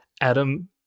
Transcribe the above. Adam